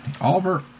Oliver